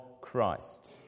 Christ